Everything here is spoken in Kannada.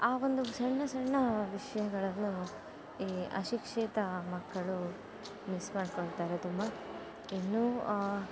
ಆ ಒಂದು ಸಣ್ಣ ಸಣ್ಣ ವಿಷಯಗಳನ್ನೂ ಈ ಅಶಿಕ್ಷಿತ ಮಕ್ಕಳು ಮಿಸ್ ಮಾಡಿಕೊಳ್ತಾರೆ ತುಂಬ ಇನ್ನು